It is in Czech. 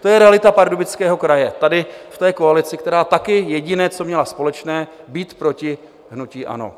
To je realita Pardubického kraje tady v té koalici, která také jediné, co měla společné být proti hnutí ANO.